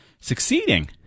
succeeding